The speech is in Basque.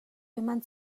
eman